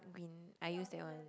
why I use that one